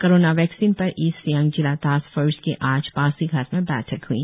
corona vaccine पर East Siang जिला task force की आज पासीघाट में बैठक हई